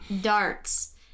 darts